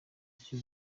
icyo